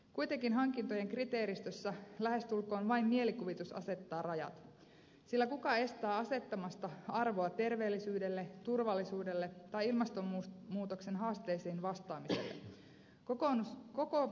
kuitenkin hankintojen kriteeristössä lähestulkoon vain mielikuvitus asettaa rajat sillä kuka estää antamasta arvoa terveellisyydelle turvallisuudelle tai ilmastonmuutoksen haasteisiin vastaamiselle